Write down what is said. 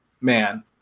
man